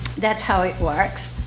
that's how it works.